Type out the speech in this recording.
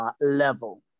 Level